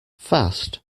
fast